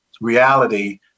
reality